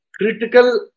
critical